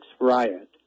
riot